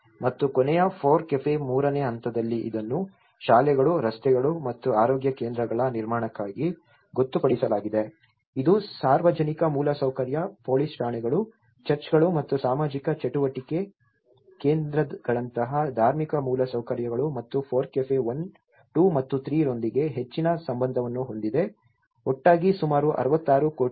ಮತ್ತು ಕೊನೆಯ FORECAFE ಮೂರನೇ ಹಂತದಲ್ಲಿ ಇದನ್ನು ಶಾಲೆಗಳು ರಸ್ತೆಗಳು ಮತ್ತು ಆರೋಗ್ಯ ಕೇಂದ್ರಗಳ ನಿರ್ಮಾಣಕ್ಕಾಗಿ ಗೊತ್ತುಪಡಿಸಲಾಗಿದೆ ಇದು ಸಾರ್ವಜನಿಕ ಮೂಲಸೌಕರ್ಯ ಪೊಲೀಸ್ ಠಾಣೆಗಳು ಚರ್ಚ್ಗಳು ಮತ್ತು ಸಾಮಾಜಿಕ ಚಟುವಟಿಕೆ ಕೇಂದ್ರಗಳಂತಹ ಧಾರ್ಮಿಕ ಮೂಲಸೌಕರ್ಯಗಳು ಮತ್ತು FORECAFE 1 2 ಮತ್ತು 3 ರೊಂದಿಗೆ ಹೆಚ್ಚಿನ ಸಂಬಂಧವನ್ನು ಹೊಂದಿದೆ ಒಟ್ಟಾಗಿ ಸುಮಾರು 66 ಕೋಟಿ ರೂ